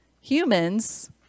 Humans